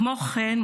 כמו כן,